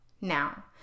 now